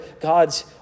God's